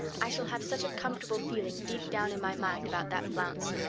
i shall have such a comfortable feeling deep down in my mind about that flounce.